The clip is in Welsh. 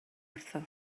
wrtho